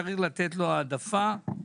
יש לתת לו העדפה.